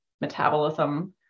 metabolism